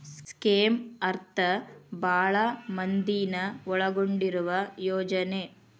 ಸ್ಕೇಮ್ನ ಅರ್ಥ ಭಾಳ್ ಮಂದಿನ ಒಳಗೊಂಡಿರುವ ಯೋಜನೆ